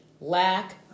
lack